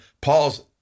Paul's